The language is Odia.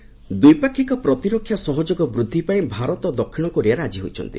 ରାଜନାଥ କୋରିଆ ଦ୍ୱିପାକ୍ଷିକ ପ୍ରତିରକ୍ଷା ସହଯୋଗ ବୃଦ୍ଧି ପାଇଁ ଭାରତ ଦକ୍ଷିଣ କୋରିଆ ରାଜି ହୋଇଛନ୍ତି